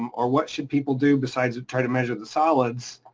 um or what should people do besides try to measure the solids?